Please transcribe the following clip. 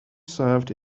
served